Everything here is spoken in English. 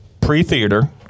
pre-theater